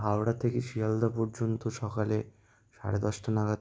হাওড়া থেকে শিয়ালদা পর্যন্ত সকালে সাড়ে দশটা নাগাদ